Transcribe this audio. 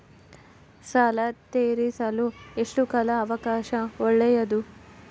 ಸಾಲ ತೇರಿಸಲು ಎಷ್ಟು ಕಾಲ ಅವಕಾಶ ಒಳ್ಳೆಯದು?